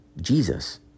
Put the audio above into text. Jesus